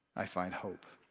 i find hope.